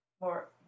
more